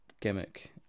gimmick